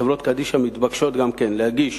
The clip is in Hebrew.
חברות קדישא מתבקשות גם להגיש